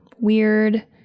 weird